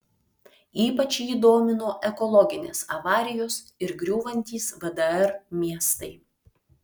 ypač jį domino ekologinės avarijos ir griūvantys vdr miestai